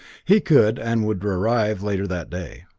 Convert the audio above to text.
he could, and would arrive later that day.